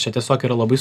čia tiesiog yra labai